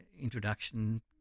introduction